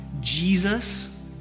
Jesus